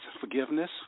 forgiveness